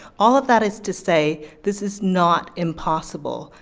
all of that is to say this is not impossible.